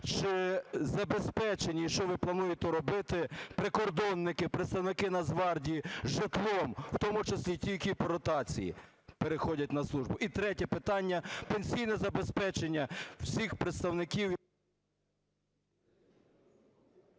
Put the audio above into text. Чи забезпечені, і що ви плануєте робити, прикордонники, представники Нацгвардії житлом, в тому числі і ті, які при ротації переходять на службу? І третє питання. Пенсійне забезпечення всіх представників…